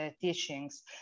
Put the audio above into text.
teachings